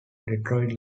detroit